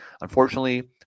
unfortunately